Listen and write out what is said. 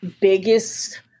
biggest